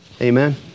Amen